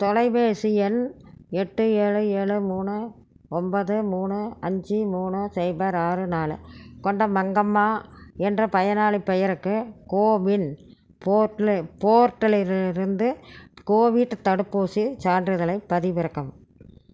தொலைபேசி எண் எட்டு ஏழு ஏழு மூணு ஒன்பது மூணு அஞ்சு மூணு சைபர் ஆறு நாலு கொண்ட மங்கம்மா என்ற பயனாளிப் பெயருக்கு கோவின் போர்ட்டலிலிருந்து கோவிட் தடுப்பூசிச் சான்றிதழைப் பதிவிறக்கவும்